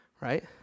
right